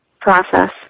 process